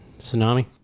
Tsunami